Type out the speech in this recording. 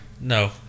no